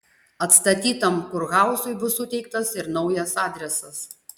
atstatytam kurhauzui bus suteiktas ir naujas adresas